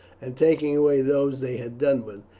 and taking away those they had done with.